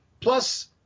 Plus